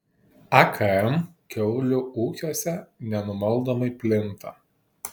akm kiaulių ūkiuose nenumaldomai plinta